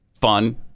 fun